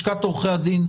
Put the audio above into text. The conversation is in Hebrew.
לשכת עורכי הדין,